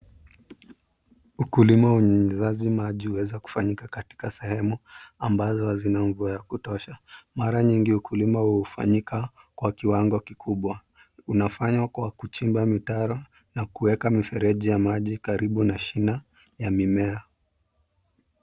Ukulima wa unyunyizaji maji umeweza kufanyika katika sehemu ambazo hazina mvua ya kutosha. Mara nyingi ukulima huu hufanyika kwa kiwango kikubwa. Unafanywa kwa kuchimba mitaro na kueka mifereji ya maji karibu na shina ya mimea.